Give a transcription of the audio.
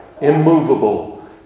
immovable